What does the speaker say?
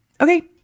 okay